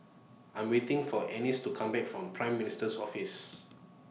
I Am waiting For Anice to Come Back from Prime Minister's Office